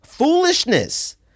Foolishness